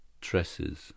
tresses